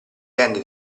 rende